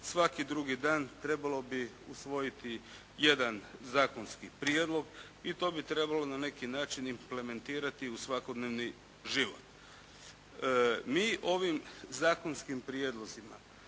svaki drugi dan trebalo bi usvojiti jedan zakonski prijedlog i to bi trebalo na neki način implementirati u svakodnevni život. Mi ovim zakonskim prijedlozima